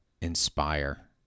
inspire